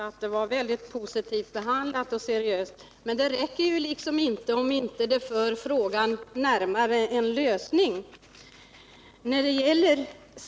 Herr talman! Jag sade i mitt anförande att frågan var mycket positivt och seriöst behandlad. Men det räcker liksom inte om detta inte för frågan närmare en lösning.